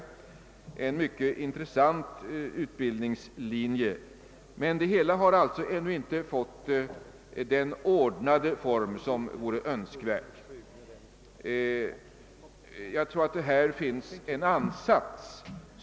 Det är en mycket intressant utbildningslinje, men det hela har alltså ännu inte ordnats i den form som vore önskvärd. Enligt min mening rör det sig här om en viktig ansats.